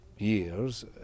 Years